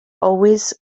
always